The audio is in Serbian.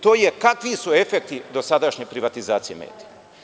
To je, kakvi su efekti dosadašnje privatizacije medija?